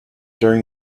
during